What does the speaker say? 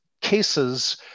cases